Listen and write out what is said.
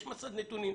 יש מסד נתונים.